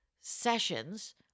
sessions